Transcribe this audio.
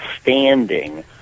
standing